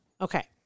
Okay